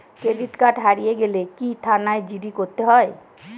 Credit card হারিয়ে গেলে কি থানায় জি.ডি করতে হয়?